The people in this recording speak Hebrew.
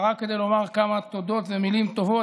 רק כדי לומר כמה תודות ומילים טובות,